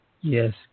yes